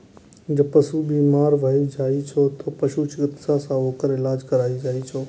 जब पशु बीमार भए जाइ छै, तें पशु चिकित्सक सं ओकर इलाज कराएल जाइ छै